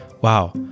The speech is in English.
wow